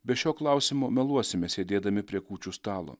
be šio klausimo meluosime sėdėdami prie kūčių stalo